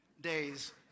days